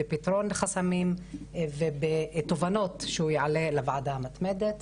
בפתרון חסמים ובתובנות שהוא יעלה לוועדה המתמדת.